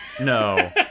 No